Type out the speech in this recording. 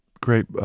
great